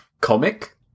comic